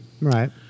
Right